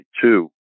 two